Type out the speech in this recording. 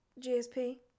GSP